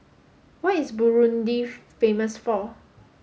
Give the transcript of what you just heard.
what is Burundi famous for